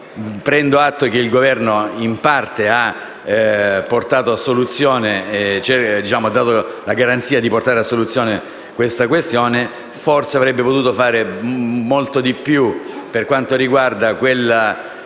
Prendo atto che il Governo ha in parte dato la garanzia di portare a soluzione la questione. Forse avrebbe dovuto far molto di più per quanto riguarda il